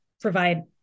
provide